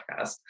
podcast